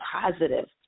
positive